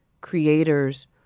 creators